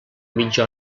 mitja